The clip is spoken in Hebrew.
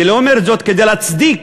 אני לא אומר זאת כדי להצדיק